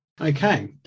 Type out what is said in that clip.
Okay